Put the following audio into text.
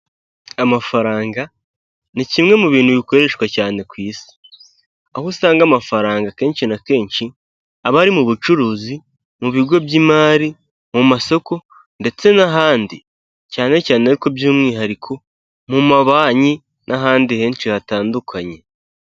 Amafaranga ni kimwe mu bintu bikoreshwa cyane ku isi aho usanga amafaranga kenshi na kenshi aba ari mu bucuruzi, mu bigo by'imari, mu masoko ndetse n'ahandi cyane cyane by'umwihariko mu mabanki n'ahandi henshi hatandukanye.